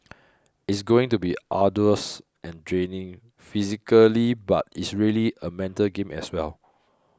it's going to be arduous and draining physically but it's really a mental game as well